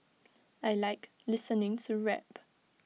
I Like listening to rap